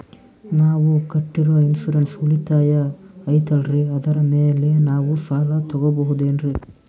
ನಾವು ಕಟ್ಟಿರೋ ಇನ್ಸೂರೆನ್ಸ್ ಉಳಿತಾಯ ಐತಾಲ್ರಿ ಅದರ ಮೇಲೆ ನಾವು ಸಾಲ ತಗೋಬಹುದೇನ್ರಿ?